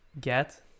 get